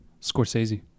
scorsese